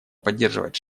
поддерживать